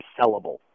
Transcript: sellable